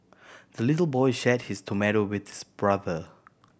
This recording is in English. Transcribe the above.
the little boy shared his tomato with his brother